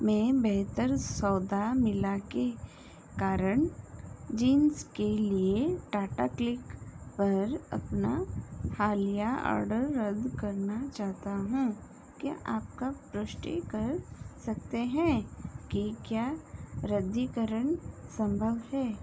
मैं बेहतर सौदा मिलने के कारण जीन्स के लिए टाटा क्लिक पर अपना हालिया ऑडर रद्द करना चाहता हूँ क्या आप पुष्टि कर सकते हैं कि क्या रद्दीकरण संभव है